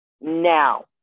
Now